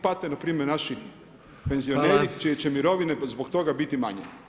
Pate npr. naši penzioneri čije će mirovine zbog toga biti manje.